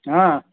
ಹಾಂ